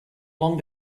long